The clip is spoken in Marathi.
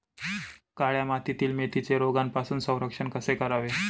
काळ्या मातीतील मेथीचे रोगापासून संरक्षण कसे करावे?